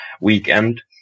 weekend